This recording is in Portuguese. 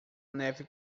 neve